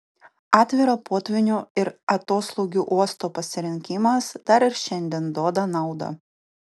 atviro potvynių ir atoslūgių uosto pasirinkimas dar ir šiandien duoda naudą